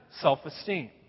self-esteem